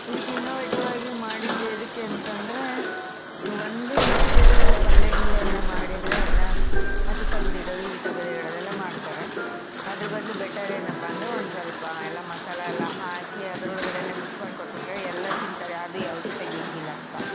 ಇದಕ್ಕೆ ಇನ್ನೋವೆಟಿವಾಗಿ ಮಾಡಿದ್ದು ಎದಕ್ಕೆ ಅಂತಂದರೆ ಒಂದು ಮಕ್ಕಳು ಪಲ್ಯ ಗಿಲ್ಯ ಎಲ್ಲ ಮಾಡಿದರೆ ಎಲ್ಲ ಅದು ತೆಗ್ದಿಡೋದು ಇದು ತೆಗ್ದಿಡೋದು ಎಲ್ಲ ಮಾಡ್ತಾರೆ ಅದ್ರ ಬದಲು ಬೆಟರ್ ಏನಪ್ಪಾಂದರೆ ಒಂದು ಸ್ವಲ್ಪ ಎಲ್ಲ ಮಸಾಲೆ ಎಲ್ಲ ಹಾಕಿ ಅದ್ರೊಳಗಡೆನೇ ಮಿಕ್ಸ್ ಮಾಡಿಕೊಟ್ಬಿಟ್ರೆ ಎಲ್ಲ ತಿಂತಾರೆ ಅದು ಯಾವುದೂ ತೆಗಿಯೋಂಗಿಲ್ಲ